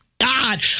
God